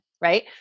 right